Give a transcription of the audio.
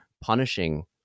punishing